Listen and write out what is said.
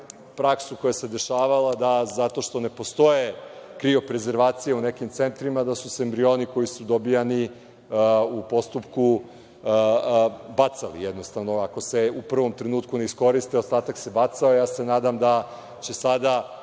praksu koja se dešavala, da zato što ne postoje krioprezervacije u nekim centrima, da su se embrioni koji su dobijani u postupku bacali. Jednostavno, ako se u prvom trenutku ne iskoriste, ostatak se baca. Ja se nadam da će sada